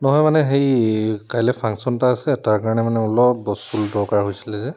নহয় মানে হেৰি কাইলৈ ফাংচন এটা আছে তাৰ কাৰণে মানে অলপ বস্তু দৰকাৰ হৈছিলে যে